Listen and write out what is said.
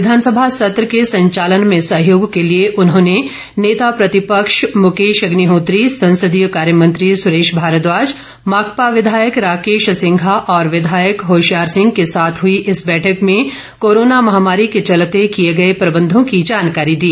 विधानसभा सत्र के संचालन में सहयोग के लिए उन्होंने नेता प्रतिपक्ष मुकेश अग्निहोत्री संसदीय कार्य मंत्री सुरेश भारद्वाज माकपा विधायक राकेश सिंघा और विधायक होशियार सिंह के साथ हुई इस बैठक में कोरोना महामारी के चलते किए गए प्रबंधों की जानकारी दी